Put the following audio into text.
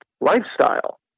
lifestyle